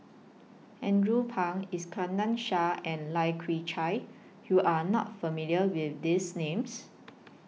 Andrew Phang Iskandar Shah and Lai Kew Chai YOU Are not familiar with These Names